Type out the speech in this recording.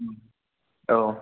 आव